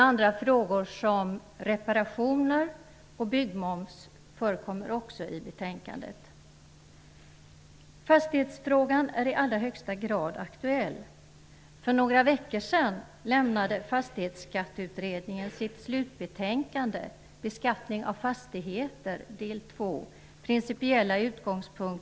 Andra frågor som förekommer i betänkandet rör reparationer och byggmoms. Fastighetsskattefrågan är i allra högsta grad aktuell.